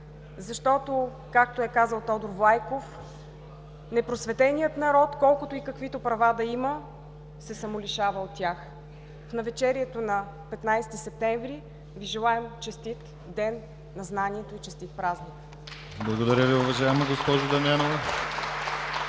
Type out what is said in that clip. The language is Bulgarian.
защото, както е казал Тодор Влайков, „непросветеният народ колкото и каквито права да има, се самолишава от тях“. В навечерието на 15 септември Ви желаем: честит ден на знанието и честит празник! (Ръкопляскания.)